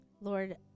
Lord